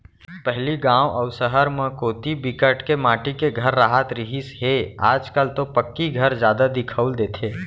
पहिली गाँव अउ सहर म कोती बिकट के माटी के घर राहत रिहिस हे आज कल तो पक्की घर जादा दिखउल देथे